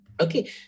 Okay